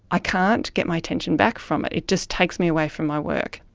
i can't get my attention back from it, it just takes me away from my work.